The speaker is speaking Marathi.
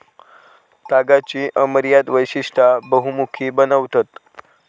तागाची अमर्याद वैशिष्टा बहुमुखी बनवतत